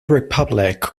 republic